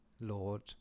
lord